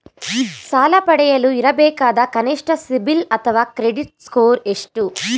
ಸಾಲ ಪಡೆಯಲು ಇರಬೇಕಾದ ಕನಿಷ್ಠ ಸಿಬಿಲ್ ಅಥವಾ ಕ್ರೆಡಿಟ್ ಸ್ಕೋರ್ ಎಷ್ಟು?